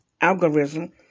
algorithm